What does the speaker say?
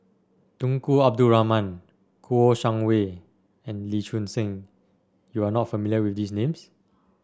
Tunku Abdul Rahman Kouo Shang Wei and Lee Choon Seng you are not familiar with these names